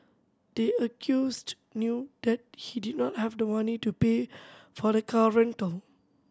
the accused knew that he did not have the money to pay for the car rental